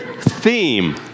theme